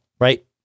right